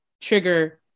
trigger